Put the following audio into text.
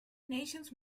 nations